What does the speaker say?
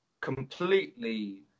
completely